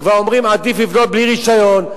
כבר אומרים: עדיף לבנות בלי רשיון,